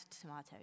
tomatoes